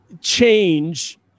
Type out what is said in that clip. change